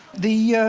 the